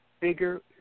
Bigger